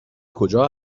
کجا